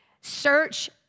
search